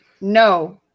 No